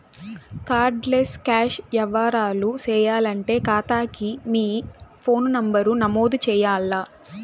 card less cash యవ్వారాలు సేయాలంటే కాతాకి మీ ఫోను నంబరు నమోదు చెయ్యాల్ల